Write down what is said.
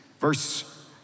Verse